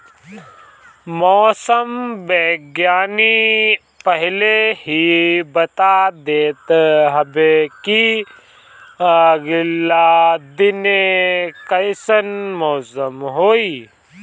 मौसम विज्ञानी पहिले ही बता देत हवे की आगिला दिने कइसन मौसम होई